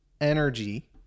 energy